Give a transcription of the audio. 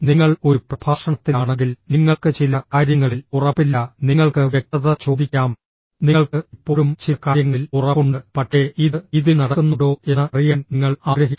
നിങ്ങൾ ഒരു പ്രഭാഷണത്തിലാണെങ്കിൽ നിങ്ങൾക്ക് ചില കാര്യങ്ങളിൽ ഉറപ്പില്ല നിങ്ങൾക്ക് വ്യക്തത ചോദിക്കാം നിങ്ങൾക്ക് ഇപ്പോഴും ചില കാര്യങ്ങളിൽ ഉറപ്പുണ്ട് പക്ഷേ ഇത് ഇതിൽ നടക്കുന്നുണ്ടോ എന്ന് അറിയാൻ നിങ്ങൾ ആഗ്രഹിക്കുന്നു